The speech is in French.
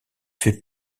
fait